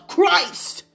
Christ